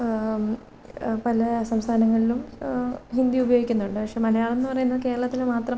പല സംസ്ഥാനങ്ങളിലും ഹിന്ദി ഉപയോഗിക്കുന്നുണ്ട് പക്ഷെ മലയാളം എന്ന് പറയുന്നത് കേരളത്തില് മാത്രം